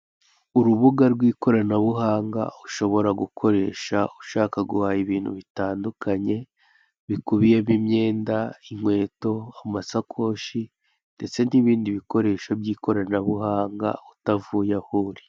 Urubuga rw'ikoranabuhanga ushobora gukoresha ushaka guhaha ibintu bitandukanye, bikubiyemo imyenda, inkweto, n'amasakoshi, ndetse n'ibindi bikoresho by'ikoranabuhanga, utavuye aho uri.